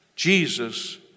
Jesus